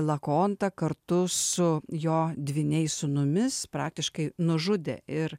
lakonta kartu su jo dvyniais sūnumis praktiškai nužudė ir